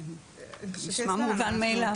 נשמע מובן מאליו.